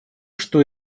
что